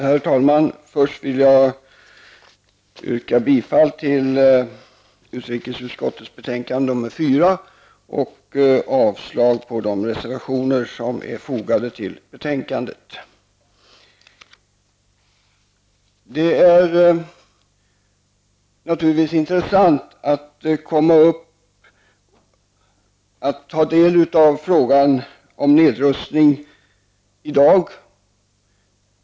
Herr talman! Först yrkar jag bifall till hemställan i utrikesutskottets betänkande nr 4 och avslag på de reservationer som är fogade till betänkandet. Det är naturligtvis intressant att få ta del av frågan om nedrustningen i dag.